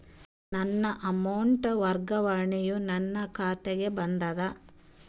ನನ್ನ ಅಮೌಂಟ್ ವರ್ಗಾವಣೆಯು ನನ್ನ ಖಾತೆಗೆ ಬಂದದ